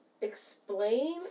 explain